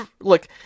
Look